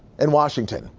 in washington,